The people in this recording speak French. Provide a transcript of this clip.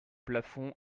plafond